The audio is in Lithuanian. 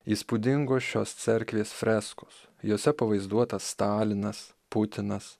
įspūdingos šios cerkvės freskos jose pavaizduotas stalinas putinas